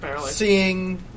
seeing